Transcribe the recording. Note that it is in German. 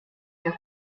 der